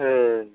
ए